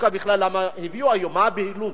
בכלל למה דווקא הביאו היום, מה הבהילות?